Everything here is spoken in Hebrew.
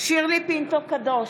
שירלי פינטו קדוש,